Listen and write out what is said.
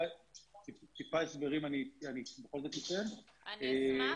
טיפה הסברים אני בכול זאת אתן -- רגע אבי,